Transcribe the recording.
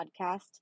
podcast